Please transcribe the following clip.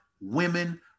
women